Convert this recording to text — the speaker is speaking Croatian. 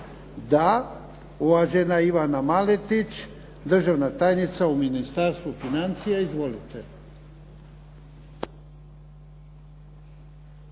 Da. Uvažena Ivana Maletić državna tajnica u Ministarstvu financija. Izvolite.